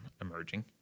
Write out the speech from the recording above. emerging